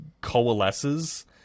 coalesces